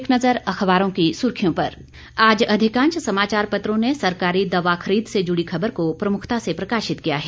एक नजर समाचार पत्रों की सुर्खियां पर आज अधिकांश समाचार पत्रों ने सरकारी दवा खरीद से जुड़ी खबर को प्रमुखता से प्रकाशित किया है